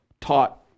taught